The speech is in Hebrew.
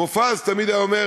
מופז תמיד היה אומר